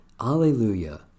Alleluia